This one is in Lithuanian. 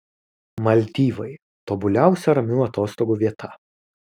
maldyvai tobuliausia ramių atostogų vieta